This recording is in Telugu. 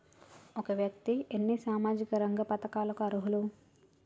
ఒక వ్యక్తి ఎన్ని సామాజిక రంగ పథకాలకు అర్హులు?